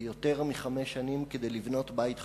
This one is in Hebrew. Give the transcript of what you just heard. ויותר מחמש שנים כדי לבנות בית חדש.